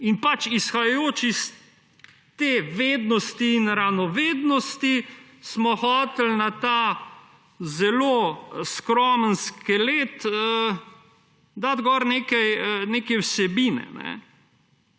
Izhajajoč iz te vednosti in ranovednosti smo hoteli na ta zelo skromen skelet dati nekaj vsebine.